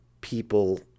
people